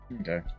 Okay